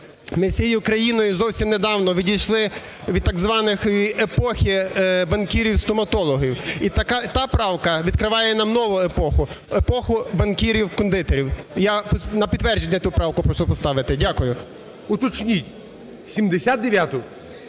Ми всією Україною зовсім недавно відійшли від так званої епохи банкірів-стоматологів. І та правка відкриває нам нову епоху – епоху банкірів-кондитерів. Я на підтвердження ту правку прошу поставити. Дякую. ГОЛОВУЮЧИЙ. Уточніть. 79-у?